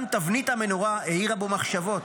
גם תבנית המנורה העירה בו מחשבות"